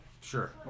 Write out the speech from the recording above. Sure